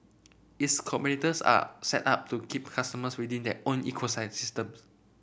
its competitors are set up to keep customers within their own ecosystems